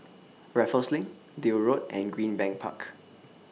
Raffles LINK Deal Road and Greenbank Park